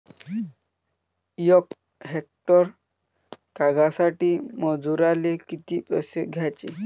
यक हेक्टर कांद्यासाठी मजूराले किती पैसे द्याचे?